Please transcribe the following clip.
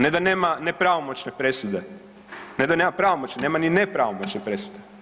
Ne da nema nepravomoćne presude, ne da nema pravomoćne, nema ni nepravomoćne presude.